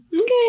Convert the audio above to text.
Okay